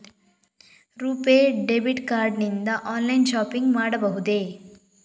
RuPay debit card ನಿಂದ online shopping ಮಾಡಬಹುದೇ?